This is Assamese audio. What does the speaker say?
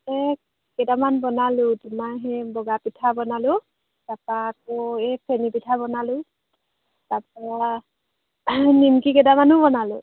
এ কেইটামান বনালোঁ তোমাৰ সেই বগা পিঠা বনালোঁ তাৰপৰা আকৌ এই ফেনি পিঠা বনালোঁ তাৰপৰা নিমকি কেইটামানো বনালোঁ